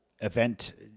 event